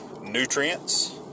nutrients